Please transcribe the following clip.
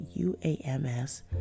UAMS